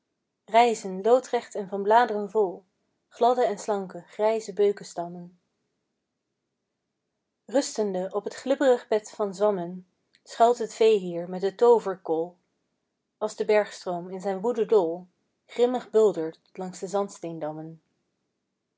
rijzen loodrecht en van bladeren vol gladde en slanke grijze beukestammen rustende op het glibberig bed van zwammen schuilt het vee hier met de tooverkol als de bergstroom in zijn woede dol grimmig buldert langs de zandsteendammen